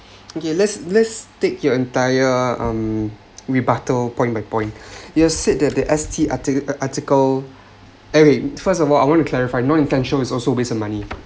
okay let's let's take your entire um rebuttal point by point you're said that the S_T arti~ article first of all I want to clarify non-essential is also waste of money